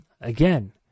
again